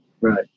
Right